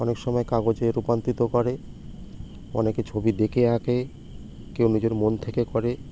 অনেক সময় কাগজে রূপান্তরিত করে অনেকে ছবি দেখে আঁকে কেউ নিজের মন থেকে করে